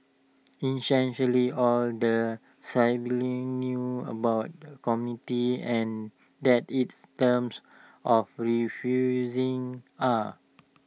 essentially all the siblings knew about the committee and that its terms of referring are